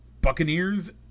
Buccaneers